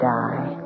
die